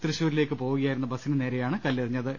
തൃശൂരിലേക്ക് പോകു കയായിരുന്ന ബസിനു നേരെയാണ് കല്ലെറിഞ്ഞത്